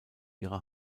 ihre